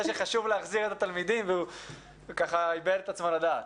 שחשוב להחזיר את התלמידים והוא איבד את עצמו לדעת.